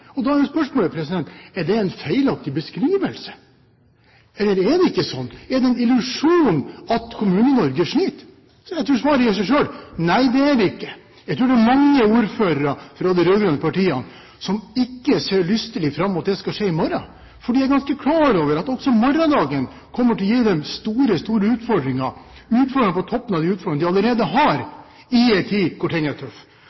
rød-grønne. Da er spørsmålet: Er det en feilaktig beskrivelse? Eller er det ikke slik? Er det en illusjon at Kommune-Norge sliter? Jeg tror svaret gir seg selv: Nei, det er det ikke. Jeg tror det er mange ordførere fra de rød-grønne partiene som ikke ser lystelig fram mot det som skal skje i morgen, fordi de er ganske klar over at også morgendagen kommer til å gi dem store utfordringer – utfordringer på toppen av de utfordringer de allerede